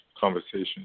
Conversation